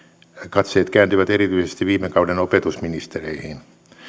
katseet kääntyvät erityisesti viime kauden opetusministereihin